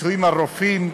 מצויים הרופאים,